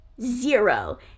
zero